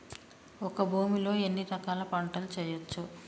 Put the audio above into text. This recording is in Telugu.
ఒక భూమి లో ఎన్ని రకాల పంటలు వేయచ్చు?